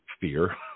fear